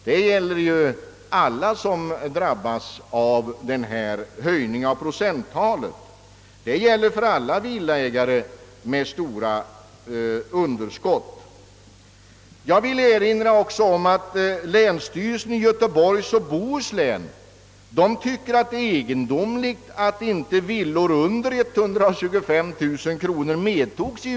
Det gäller alla som drabbas av höjningen av procenttalet. Jag vill också erinra om att länsstyrelsen i Göteborgs och Bohus län finner det vara »egendomligt att utredningen ansett sig kunna frita från den ränte beskattning, som utredningen pläderar för, det dolda kapital som finns i villor under 125000 kr. taxeringsvärde.